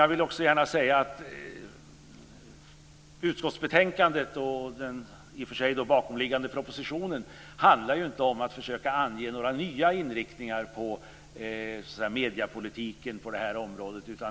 Jag vill också gärna säga att utskottsbetänkandet och den bakomliggande propositionen inte handlar om att försöka ange några nya inriktningar för mediepolitiken på det här området.